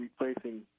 replacing